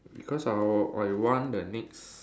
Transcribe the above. because I would I would want the next